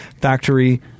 Factory